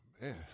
man